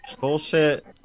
bullshit